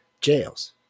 jails